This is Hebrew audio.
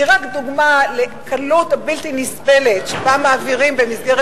היא רק דוגמה לקלות הבלתי-נסבלת שבה מעבירים במסגרת